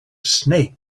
snake